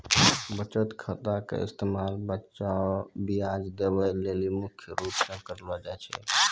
बचत खाता के इस्तेमाल ब्याज देवै लेली मुख्य रूप से करलो जाय छै